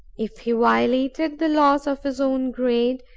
if he violated the laws of his own grade,